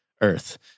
earth